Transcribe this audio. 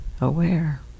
aware